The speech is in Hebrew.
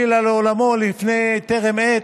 חלילה, לעולמו בטרם עת,